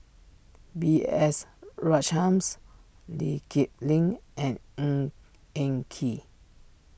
B S Rajhans Lee Kip Lin and Ng Eng Kee